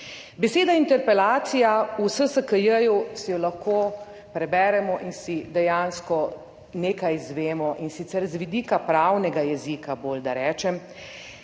Beseda interpelacija, v SSKJ-ju si jo lahko preberemo in dejansko nekaj izvemo, in sicer z vidika pravnega jezika bolj, da rečem,